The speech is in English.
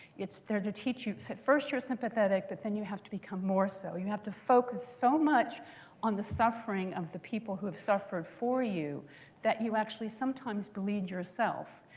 it's there to teach you so at first you're sympathetic, but then you have to become more so. you have to focus so much on the suffering of the people who have suffered for you that you actually sometimes bleed yourself.